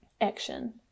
action